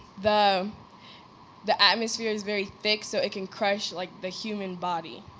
the the atmosphere's very thick so it can crush, like, the human body.